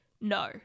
no